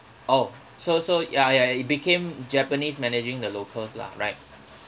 oh so so ya ya it became japanese managing the locals lah right